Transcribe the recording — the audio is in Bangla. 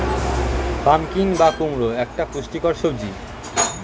পাম্পকিন বা কুমড়ো একটি পুষ্টিকর সবজি